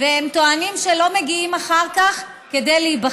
והם טוענים שלא מגיעים אחר כך להיבחן,